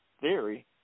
theory